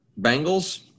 Bengals